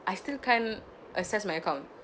I still can't access my account